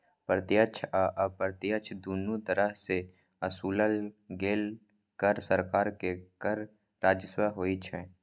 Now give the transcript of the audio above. प्रत्यक्ष आ अप्रत्यक्ष, दुनू तरह सं ओसूलल गेल कर सरकार के कर राजस्व होइ छै